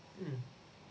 mmhmm